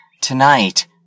tonight